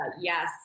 yes